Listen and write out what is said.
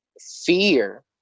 fear